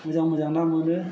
मोजां मोजां ना मोनो